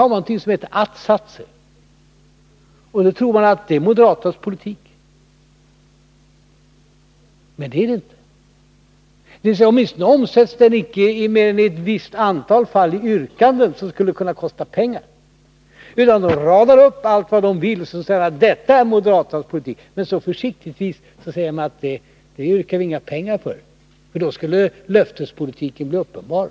Där finns ett antal att-satser, och man tror naturligtvis att de står för moderaternas politik. Men så är det inte. De omsätts nämligen icke — åtminstone inte mer än i ett visst antal fall —i yrkanden, som skulle kunna kosta pengar. Moderaterna radar upp allt vad de vill göra, och så säger man: Detta är moderaternas politik. Men försiktigtvis yrkar man inga pengar för det här, för då skulle löftespolitiken bli uppenbar.